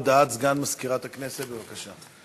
הודעת סגן מזכירת הכנסת, בבקשה.